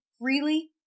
freely